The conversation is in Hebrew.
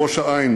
ראש-העין,